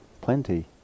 plenty